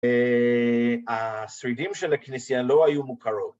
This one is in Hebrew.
השרידים של הכנסייה לא היו מוכרות.